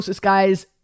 guys